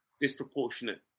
disproportionate